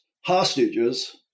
hostages